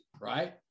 right